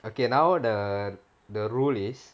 okay now the the rule is